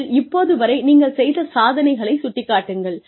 அதில் இப்போது வரை நீங்கள் செய்த சாதனைகளைச் சுட்டிக்காட்டுங்கள்